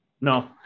No